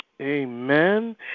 Amen